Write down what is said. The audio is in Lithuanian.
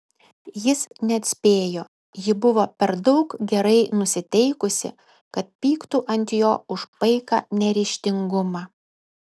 jis neatspėjo ji buvo per daug gerai nusiteikusi kad pyktų ant jo už paiką neryžtingumą